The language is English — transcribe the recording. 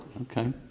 Okay